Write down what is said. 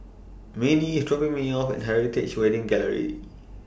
Manie IS dropping Me off At Heritage Wedding Gallery